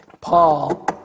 Paul